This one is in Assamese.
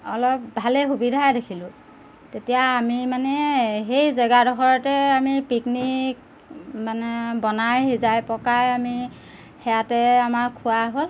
অলপ ভালেই সুবিধাই দেখিলোঁ তেতিয়া আমি মানে সেই জেগাডখৰতে আমি পিকনিক মানে বনাই সিজাই পকাই আমি সেয়াতে আমাৰ খোৱা হ'ল